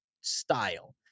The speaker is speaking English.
style